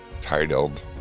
titled